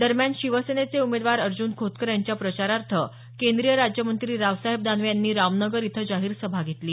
दरम्यान शिवसेनेचे उमेदवार अर्ज्ञन खोतकर यांच्या प्रचारार्थ केंद्रीय राज्यमंत्री रावसाहेब दानवे यांची रामनगर इथं जाहीर सभा झाली